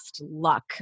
luck